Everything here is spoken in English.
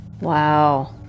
Wow